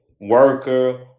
worker